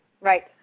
Right